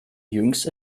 jüngst